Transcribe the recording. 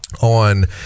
On